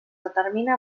determina